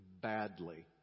badly